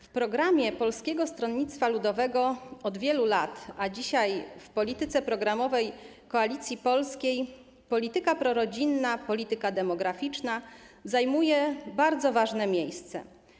W programie Polskiego Stronnictwa Ludowego od wielu lat, a dzisiaj w polityce programowej Koalicji Polskiej polityka prorodzinna, polityka demograficzna zajmuje bardzo ważne miejsce.